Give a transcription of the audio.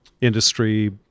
industry